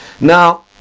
Now